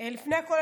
לפני הכול,